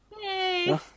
Yay